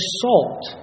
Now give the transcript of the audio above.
salt